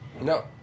No